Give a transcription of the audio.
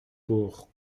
pour